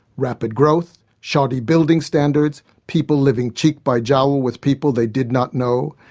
rapid growth, shoddy building standards, people living cheek by jowl with people they did not know,